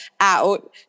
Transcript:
out